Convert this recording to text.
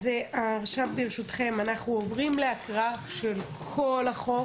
עכשיו ברשותכם אנחנו עוברים להקראה של כל החוק,